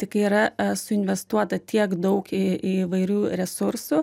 tik kai yra suinvestuota tiek daug į įvairių resursų